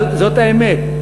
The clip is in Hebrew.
אבל זאת האמת.